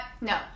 no